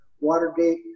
Watergate